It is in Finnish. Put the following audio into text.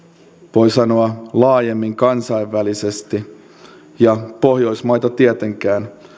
voi sanoa laajemmin kansainvälisesti pohjoismaita tietenkään